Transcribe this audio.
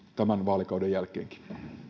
tämän vaalikauden jälkeenkin